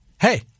hey